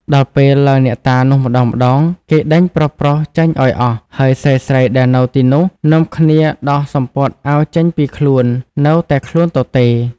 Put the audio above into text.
ដល់ពេលឡើងអ្នកតានោះម្តងៗ គេដេញប្រុសៗចេញឲ្យអស់ ហើយស្រីៗដែលនៅទីនោះ នាំគ្នាដោះសំពត់អាវចេញពីខ្លួន នៅតែខ្លួនទទេ។